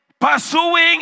pursuing